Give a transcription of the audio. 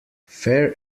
fair